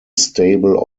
stable